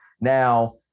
Now